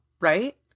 right